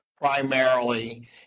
primarily